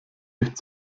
nicht